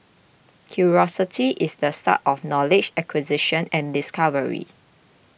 curiosity is the start of knowledge acquisition and discovery